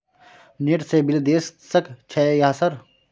Net से bill देश सक छै यह सर?